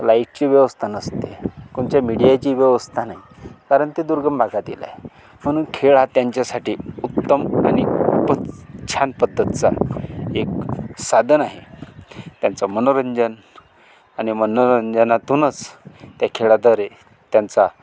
लाईटची व्यवस्था नसते कोणच्या मीडियाची व्यवस्था नाही कारण ते दुर्गम भागातील आहे म्हणून खेळ हा त्यांच्यासाठी उत्तम आणि खूपच छान पद्धतीचा एक साधन आहे त्यांचं मनोरंजन आणि मनोरंजनातूनच त्या खेळाद्वारे त्यांचा